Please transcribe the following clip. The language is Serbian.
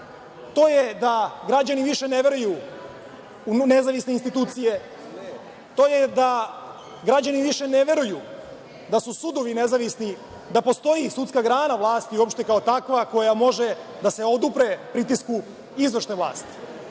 To je da građani više ne veruju u nezavisne institucije, to je da građani više ne veruju da su sudovi nezavisni, da postoji sudska grana vlasti uopšte kao takva koja može da se odupre pritisku izvršne vlasti.